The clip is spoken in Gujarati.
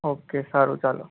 ઓકે સારું ચાલો